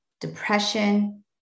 depression